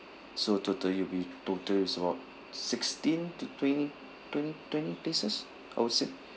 so total it'll be total is about sixteen to twenty twenty twenty places I would say